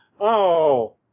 -oh